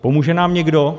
Pomůže nám někdo?